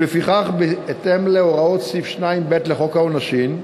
ולפיכך, בהתאם להוראות סעיף 2(ב) לחוק העונשין,